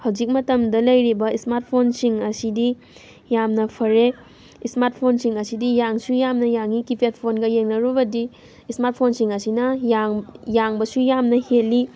ꯍꯧꯖꯤꯛ ꯃꯇꯝꯗ ꯂꯩꯔꯤꯕ ꯏꯁꯃꯥꯔꯠ ꯐꯣꯟꯁꯤꯡ ꯑꯁꯤꯗꯤ ꯌꯥꯝꯅ ꯐꯔꯦ ꯏꯁꯃꯥꯔꯠ ꯐꯣꯟꯁꯤꯡ ꯑꯁꯤꯗꯤ ꯌꯥꯡꯁꯨ ꯌꯥꯝꯅ ꯌꯥꯡꯉꯤ ꯀꯤ ꯄꯦꯗ ꯐꯣꯟꯒ ꯌꯦꯡꯅꯔꯨꯕꯗꯤ ꯏꯁꯃꯥꯔꯠ ꯐꯣꯟꯁꯤꯡ ꯑꯁꯤꯅ ꯌꯥꯡꯕꯁꯨ ꯌꯥꯝꯅ ꯍꯦꯜꯂꯤ